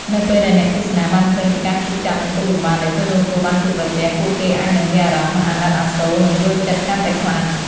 នៅពេលដែលអ្នកទស្សនាបានឃើញពីការឈឺចាប់ និងទុក្ខលំបាកដែលជនរងគ្រោះបានជួបប្រទះ ពួកគេអាចនឹងមានអារម្មណ៍អាណិតអាសូរ និងយល់ចិត្តកាន់តែខ្លាំង។